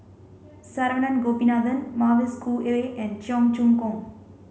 Saravanan Gopinathan Mavis Khoo Oei and Cheong Choong Kong